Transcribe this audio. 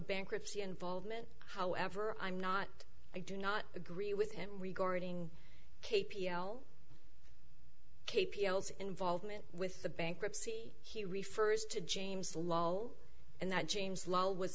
bankruptcy involvement however i'm not i do not agree with him regarding k p l k p l's involvement with the bankruptcy he refers to james lowe and that james lowe w